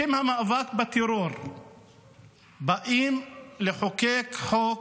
בשם המאבק בטרור באים לחוקק חוק